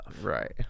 Right